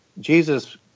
jesus